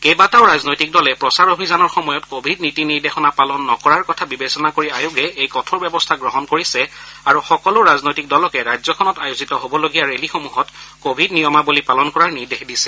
কেইবাটাও ৰাজনৈতিক দলে প্ৰচাৰ অভিযানৰ সময়ত কোৱিড নীতি নিৰ্দেশনা পালন নকৰাৰ কথা বিবেচনা কৰি আয়োগে এই কঠোৰ ব্যৱস্থা গ্ৰহণ কৰিছে আৰু সকলো ৰাজনৈতিক দলকে ৰাজ্যখনত আয়োজিত হ'বলগীয়া ৰেলীসমূহত কোৱিড নিয়মাৱলী পালন কৰাৰ নিৰ্দেশ দিছে